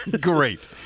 Great